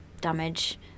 damage